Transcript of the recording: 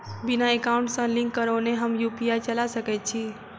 बिना एकाउंट सँ लिंक करौने हम यु.पी.आई चला सकैत छी?